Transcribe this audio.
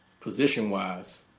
Position-wise